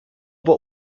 but